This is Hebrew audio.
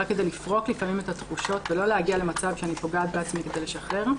כדי לפרוק לפעמים את התחושות ולא להגיע למצב שאני פוגעת בעצמי כדי לשחרר.